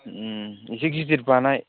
इसे गिदिर बानाय